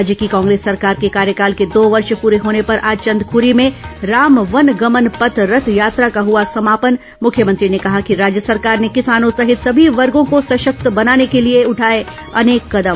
राज्य की कांग्रेस सरकार के कार्यकाल के दो वर्ष पूरे होने पर आज चंदखुरी में राम वनगमन पथ रथ यात्रा का हुआ समापन मुख्यमंत्री ने कहा कि राज्य सरकार ने किसानों सहित सभी वर्गों को सशक्त बनाने को लिए उठाए अनेक कदम